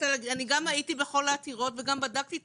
גם הייתי בכל העתירות וגם בדקתי את